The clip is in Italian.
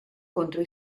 contro